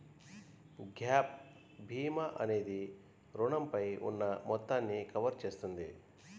gap భీమా అనేది రుణంపై ఉన్న మొత్తాన్ని కవర్ చేస్తుంది